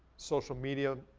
social media